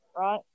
right